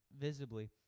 visibly